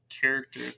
character